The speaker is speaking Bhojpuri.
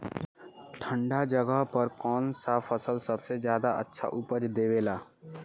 ठंढा जगह पर कौन सा फसल सबसे ज्यादा अच्छा उपज देवेला?